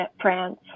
France